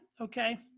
Okay